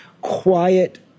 quiet